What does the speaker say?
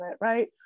right